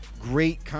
Great